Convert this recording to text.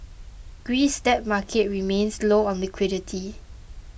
Greece's debt market remains low on liquidity